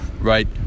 right